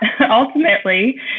ultimately